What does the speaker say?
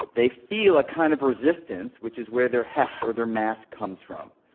they feel a kind of resistance, which is where their heft, or their mass comes from.